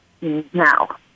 now